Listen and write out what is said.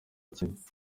cy’inda